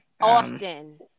often